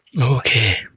Okay